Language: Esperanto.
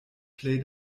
plej